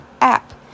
app